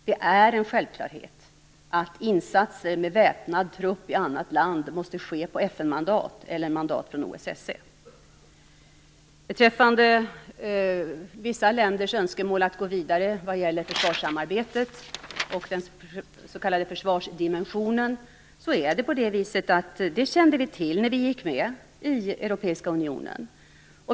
Det är en självklarhet att insatser med väpnad trupp i annat land måste ske på FN-mandat eller mandat från Vissa länders önskemål att gå vidare när det gäller försvarssamarbetet och den s.k. försvardimensionen kände vi till när vi gick med i Europeiska unionen.